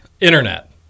internet